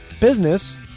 business